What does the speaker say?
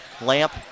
Lamp